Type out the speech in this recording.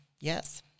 Yes